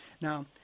Now